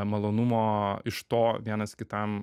malonumo iš to vienas kitam